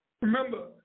remember